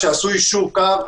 כשעשו יישור קו,